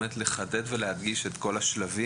והוא באמת בא לחדד ולהדגיש את כל השלבים.